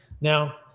Now